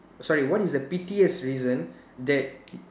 sorry what is the pettiest reason that